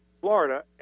Florida